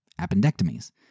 appendectomies